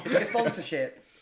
sponsorship